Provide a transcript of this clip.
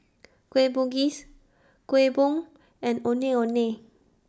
Kueh Bugis Kuih Bom and Ondeh Ondeh